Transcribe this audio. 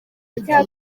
igihe